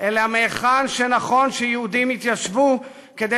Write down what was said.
אלא מהיכן שנכון שיהודים יתיישבו כדי